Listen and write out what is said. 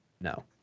No